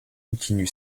continue